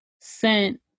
sent